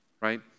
right